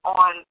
on